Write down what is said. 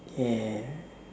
yeah